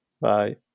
Bye